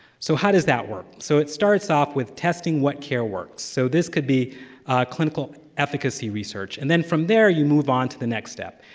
so how does that work? so it starts off with testing what care works. so this could be clinical efficacy research, research, and then, from there, you move on to the next step.